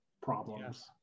problems